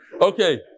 Okay